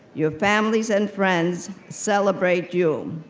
your families and friends celebrate you.